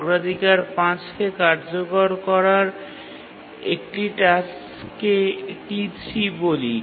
অগ্রাধিকার ৫ কে কার্যকর করার একটি টাস্ককে T3 বলি